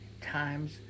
times